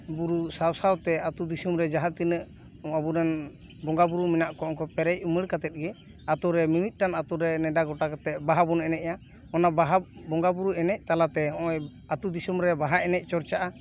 ᱵᱩᱨᱩ ᱥᱟᱶ ᱥᱟᱶᱛᱮ ᱟᱹᱛᱩ ᱫᱤᱥᱚᱢ ᱨᱮ ᱡᱟᱦᱟᱸ ᱛᱤᱱᱟᱹᱜ ᱟᱵᱚᱨᱮᱱ ᱵᱚᱸᱜᱟ ᱵᱩᱨᱩ ᱢᱮᱱᱟᱜ ᱠᱚᱣᱟ ᱩᱱᱠᱩ ᱯᱮᱨᱮᱡ ᱩᱢᱟᱹᱲ ᱠᱟᱛᱮᱫ ᱜᱮ ᱟᱹᱛᱩ ᱨᱮ ᱢᱤᱢᱤᱫ ᱴᱟᱝ ᱟᱹᱛᱩ ᱨᱮ ᱱᱮᱰᱟ ᱜᱚᱴᱟ ᱠᱟᱛᱮᱫ ᱵᱟᱦᱟ ᱵᱚᱱ ᱮᱱᱮᱡᱼᱟ ᱚᱱᱟ ᱵᱟᱦᱟ ᱵᱚᱸᱜᱟ ᱵᱩᱨᱩ ᱮᱱᱮᱡ ᱛᱟᱞᱟᱛᱮ ᱱᱚᱜ ᱚᱭ ᱟᱹᱛᱩ ᱫᱤᱥᱚᱢ ᱨᱮ ᱵᱟᱦᱟ ᱮᱱᱮᱡ ᱪᱚᱨᱪᱟᱜᱼᱟ